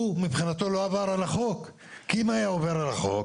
הוא מבחינתו לא עובר על החוק.